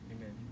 Amen